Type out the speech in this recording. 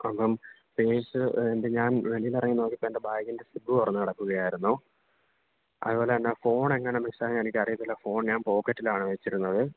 അപ്പം പേഴ്സ് എന്നിട്ട് ഞാൻ വെളിയിൽ ഇറങ്ങി നോക്കിയപ്പോൾ എൻ്റെ ബാഗിൻ്റെ സിബ് തുറന്ന് കിടക്കുകയായിരുന്നു അതുപോലെത്തന്നെ ഫോണ് എങ്ങനെയാ മിസ്സ് ആയത് എനിക്ക് അറിയത്തില്ല ഫോൺ ഞാൻ പോക്കെറ്റിലാണ് വെച്ചിരുന്നത്